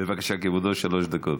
בבקשה, כבודו, שלוש דקות.